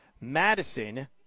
Madison